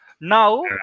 now